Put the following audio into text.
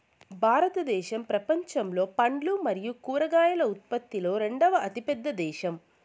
భారతదేశం ప్రపంచంలో పండ్లు మరియు కూరగాయల ఉత్పత్తిలో రెండవ అతిపెద్ద దేశం